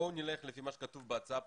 בואו נלך לפי מה שכתוב בהצעה הפרטית,